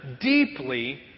deeply